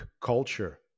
culture